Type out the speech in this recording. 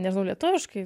nežinau lietuviškai